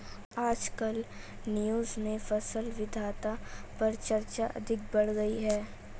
आजकल न्यूज़ में फसल विविधता पर चर्चा अधिक बढ़ गयी है